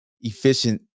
efficient